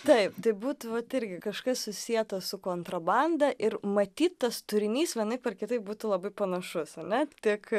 taip taip būtų vat irgi kažkas susieta su kontrabanda ir matyt tas turinys vienaip ar kitaip būtų labai panašus ar ne tik